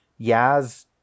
yaz